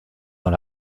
dans